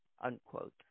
unquote